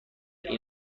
این